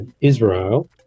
Israel